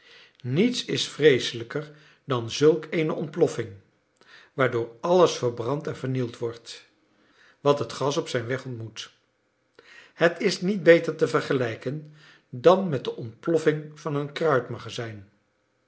niets is vreeselijker dan zulk eene ontploffing waardoor alles verbrand en vernield wordt wat het gas op zijn weg ontmoet het is niet beter te vergelijken dan met de ontploffing van een